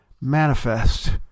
manifest